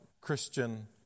Christian